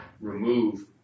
remove